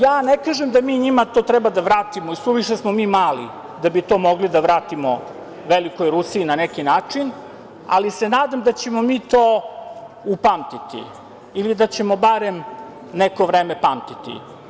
Ja ne kažem da mi njima to treba da vratimo i suviše smo mi mali da bi to mogli da vratimo velikoj Rusiji, na neki način, ali se nadamo da ćemo mi to upamtiti ili da ćemo barem neko vreme pamtiti.